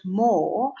more